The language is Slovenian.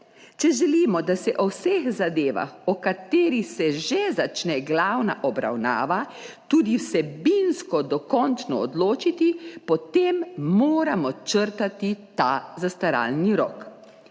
Če želimo, da se o vseh zadevah, o katerih se že začne glavna obravnava, tudi vsebinsko dokončno odločiti, potem moramo črtati ta zastaralni rok.